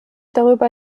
darüber